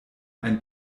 ein